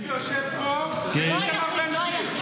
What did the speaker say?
תומך הטרור היחיד שיושב פה זה איתמר בן גביר.